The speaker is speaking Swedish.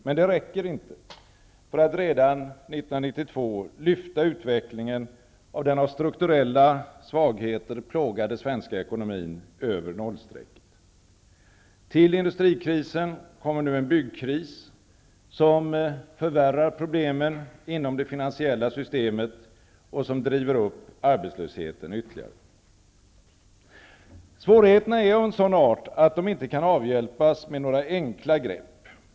Men det räcker inte för att redan 1992 lyfta utvecklingen av den av strukturella svagheter plågade svenska ekonomin över nollstrecket. Till industrikrisen kommer nu en byggkris som förvärrar problemen inom det finansiella systemet och som driver upp arbetslösheten ytterligare. Svårigheterna är av en sådan art att de inte kan avhjälpas med några enkla grepp.